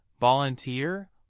volunteer